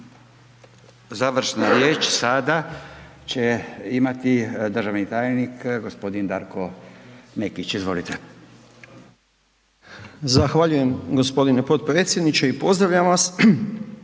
Završna riječ sada će imati državni tajnik, g. Darko Nekić, izvolite. **Nekić, Darko** Zahvaljujem g. potpredsjedniče i pozdravljam vas.